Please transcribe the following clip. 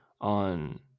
on